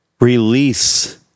release